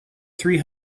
three